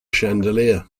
chandelier